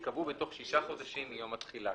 ייקבעו בתוך שישה חודשים מיום התחילה.